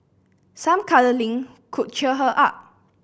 some cuddling could cheer her up